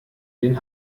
den